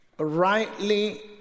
rightly